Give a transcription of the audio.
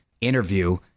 interview